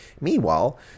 Meanwhile